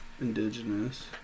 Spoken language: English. indigenous